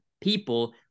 people